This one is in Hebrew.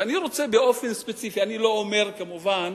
ואני רוצה באופן ספציפי, אני לא אומר כמובן